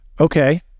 Okay